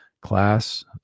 class